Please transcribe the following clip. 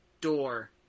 door